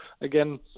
again